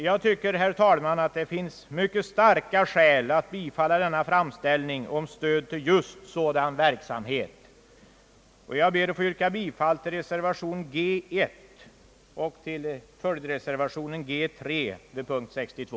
Jag tycker, herr talman, att det finns mycket starka skäl att bifalla denna framställning om stöd till just sådan verksamhet, och jag ber att få yrka bifall till reservation 1 samt till följdreservationen 3 vid punkten 62.